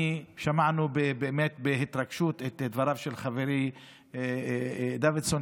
שמענו באמת בהתרגשות את דבריו של חברי דוידסון,